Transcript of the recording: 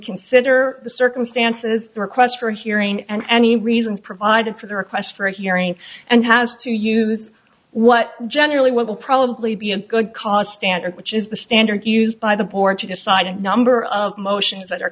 consider the circumstances the request for a hearing and any reason provided for the request for a hearing and has to use what generally what will probably be a good cause standard which is the standard used by the board to decide a number of motions that are